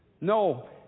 No